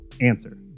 Answer